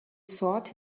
sought